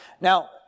Now